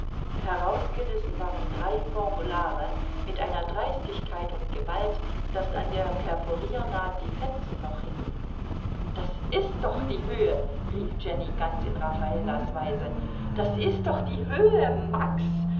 herausgerissen waren drei formulare mit einer dreistigkeit und gewalt daß an der perforiernaht die fetzen noch hingen das ist doch die höhe rief jenny ganz in raffalas weise das ist doch die höhe max